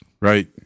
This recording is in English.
right